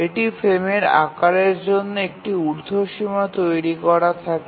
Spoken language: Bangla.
এটি ফ্রেমের আকারের জন্য একটি ঊর্ধ্বসীমা তৈরি করা থাকে